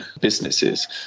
businesses